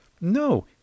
No